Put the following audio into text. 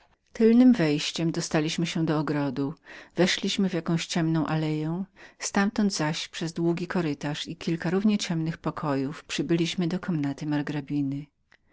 tylnemi ścieżkami dostaliśmy się do ogrodu weszliśmy do jakiejś ciemnej alei z tamtąd przez długi kurytarz i kilka równie ciemnych pokojów przybyliśmy do komnaty margrabiny